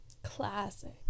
classic